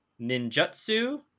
ninjutsu